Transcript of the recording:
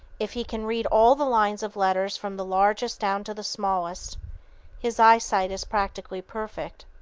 if he can read all the lines of letters from the largest down to the smallest his eyesight is practically perfect.